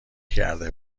کرده